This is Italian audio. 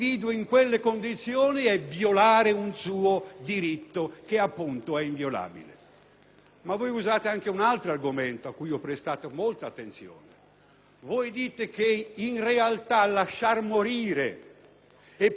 Voi usate anche un altro argomento a cui ho prestato molta attenzione; voi dite che in realtà lasciar morire, e perciò violare, sia pure eccezionalmente, il diritto